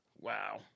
Wow